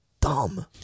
dumb